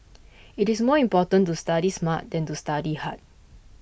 it is more important to study smart than to study hard